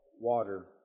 water